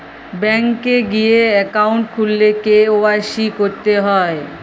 bank এ গিয়ে account খুললে কে.ওয়াই.সি ক্যরতে হ্যয়